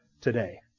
today